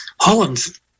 Holland's